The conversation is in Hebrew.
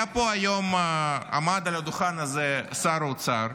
היה פה היום, עמד על הדוכן הזה שר האוצר,